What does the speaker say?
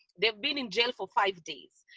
they have been in jail for five days.